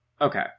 okay